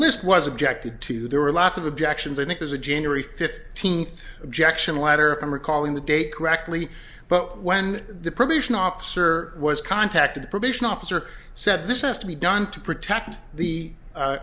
list was objected to there were lots of objections i think there's a january fifteenth objection letter of i'm recalling the date correctly but when the probation officer was contacted the probation officer said this has to be done to protect the